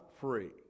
free